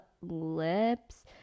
lips